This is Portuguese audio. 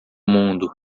mundo